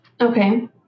Okay